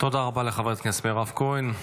תודה רבה לחברת הכנסת מירב כהן.